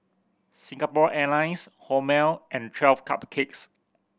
Singapore Airlines Hormel and Twelve Cupcakes